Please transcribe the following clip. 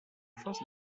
force